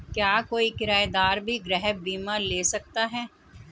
क्या कोई किराएदार भी गृह बीमा ले सकता है?